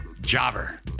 Jobber